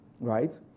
Right